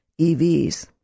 EVs